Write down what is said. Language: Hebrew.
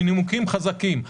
מנימוקים חזקים.